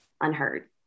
unheard